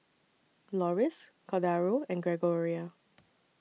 Loris Cordaro and Gregoria